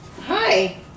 Hi